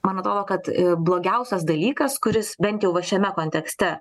man atrodo kad blogiausias dalykas kuris bent jau va šiame kontekste